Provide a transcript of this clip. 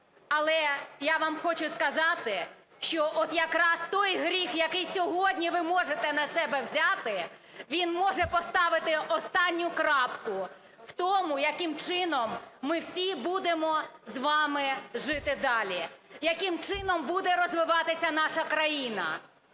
Але я вам хочу сказати, що от якраз той гріх, який сьогодні ви можете на себе взяти, він може поставити останню крапку в тому, яким чином ми всі будемо з вами жити далі, яким чином буде розвиватися наша країна.